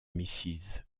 mrs